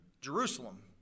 Jerusalem